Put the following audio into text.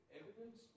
evidence